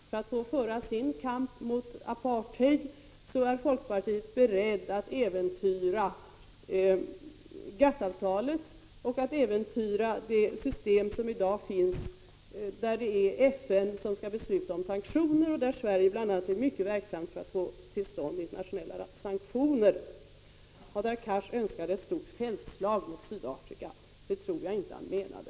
För att få föra sin kamp mot apartheid är folkpartiet berett att äventyra både GATT-avtalet och det system enligt vilket FN skall besluta om sanktioner, där bl.a. Sverige är mycket verksamt för att få till stånd internationella sådana. Hadar Cars önskade ett stort fältslag mot Sydafrika. Det tror jag inte att han menade.